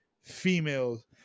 females